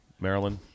Maryland